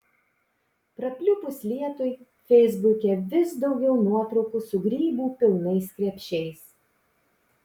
prapliupus lietui feisbuke vis daugiau nuotraukų su grybų pilnais krepšiais